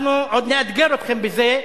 אנחנו עוד נאתגר אתכם בזה.